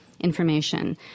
information